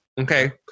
Okay